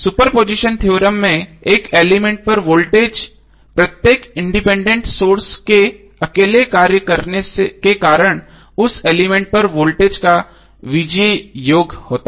superposition theorem में एक element पर वोल्टेज प्रत्येक इंडिपेंडेंट सोर्स के अकेले कार्य करने के कारण उस एलिमेंट पर वोल्टेज का बीजीय योग होता है